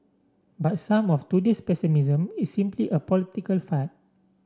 but some of today's pessimism is simply a political fad